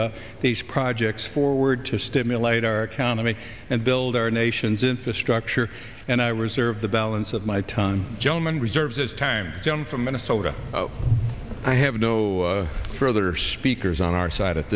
move these projects forward to stimulate our economy and build our nation's infrastructure and i reserve the balance of my tongue german reserves as time john from minnesota i have no further speakers on our side at